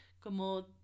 como